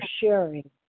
sharing